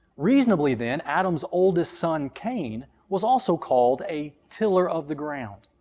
reasonably then, adam's oldest son, cain, was also called a tiller of the ground.